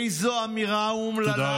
איזו אמירה אומללה.